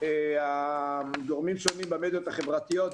גורמים שונים במדיות החברתיות.